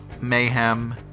mayhem